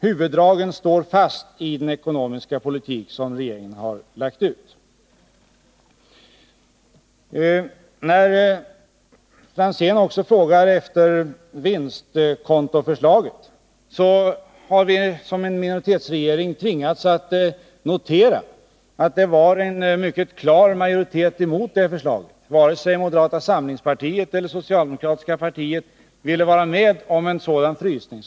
Huvuddragen i regeringens ekonomiska politik kvarstår. Tommy Franzén frågar också efter vinstkontoförslaget. Som minoritetsregering har vi tvingats notera att det fanns en mycket klar majoritet emot det förslaget. Varken moderata samlingspartiet eller det socialdemokratiska partiet ville vara med på en sådan frysning.